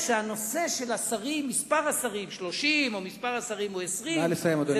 שהנושא של מספר השרים, 30 או 20, נא לסיים, אדוני.